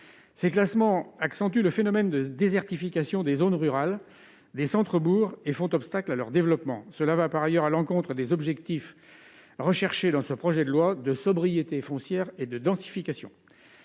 Ces classements accentuent le phénomène de désertification des zones rurales, des centres-bourgs et font obstacle à leur développement. Cela va par ailleurs à l'encontre des objectifs de sobriété foncière et de densification